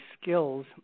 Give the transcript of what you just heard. skills